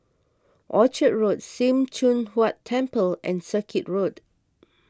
Orchard Road Sim Choon Huat Temple and Circuit Road